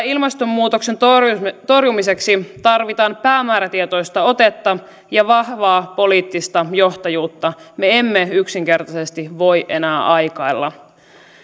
ilmastonmuutoksen torjumiseksi tarvitaan päämäärätietoista otetta ja vahvaa poliittista johtajuutta me emme yksinkertaisesti voi enää aikailla